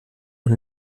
und